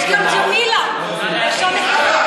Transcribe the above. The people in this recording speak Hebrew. גם ג'מאל הוא שם יפה.